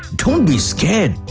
don't be scared,